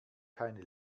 keine